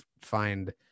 find